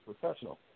professional